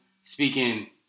speaking